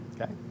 Okay